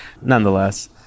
nonetheless